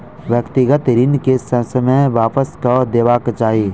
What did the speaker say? व्यक्तिगत ऋण के ससमय वापस कअ देबाक चाही